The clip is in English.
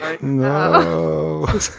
No